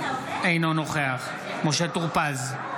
אינו נוכח משה טור פז,